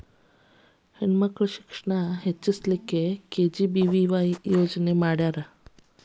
ಹೆಣ್ ಮಕ್ಳ ಶಿಕ್ಷಣಾನ ಉತ್ತೆಜಸ್ ಲಿಕ್ಕೆ ಕೆ.ಜಿ.ಬಿ.ವಿ.ವಾಯ್ ಯೋಜನೆ ಮಾಡ್ಯಾರ್